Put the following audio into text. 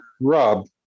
Rob